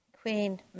Queen